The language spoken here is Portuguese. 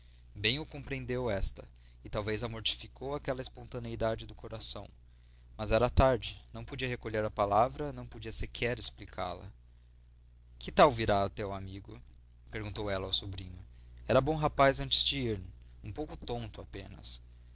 bem o compreendeu esta e talvez a mortificou aquela espontaneidade do coração mas era tarde não podia recolher a palavra não podia sequer explicá la que tal virá o teu amigo perguntou ela ao sobrinho era bom rapaz antes de ir um pouco tonto apenas